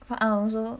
but I also